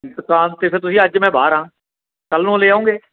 ਦੁਕਾਨ 'ਤੇ ਫਿਰ ਤੁਸੀਂ ਅੱਜ ਮੈਂ ਬਾਹਰ ਹਾਂ ਕੱਲ੍ਹ ਨੂੰ ਲੈ ਆਓਂਗੇ